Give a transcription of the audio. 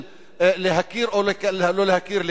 של להכיר או לא להכיר,